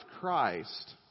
Christ